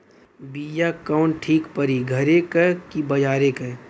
बिया कवन ठीक परी घरे क की बजारे क?